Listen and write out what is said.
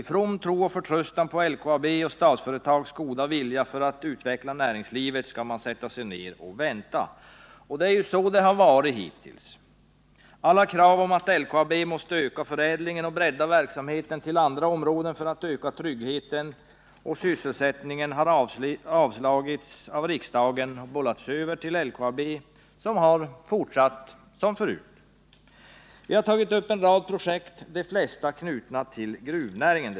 I from tro och förtröstan på LKAB:s och Statsföretags goda vilja att utveckla näringslivet i malmfälten skall man sätta sig ner och vänta. Och så har det varit hittills. Alla krav på att LKAB måste öka förädlingen och bredda verksamheten till andra områden för att öka tryggheten och sysselsättningen har avslagits av riksdagen och bollats över till LKAB, som har fortsatt som förut. Vi har tagit upp en rad projekt, de flesta knutna till gruvnäringen.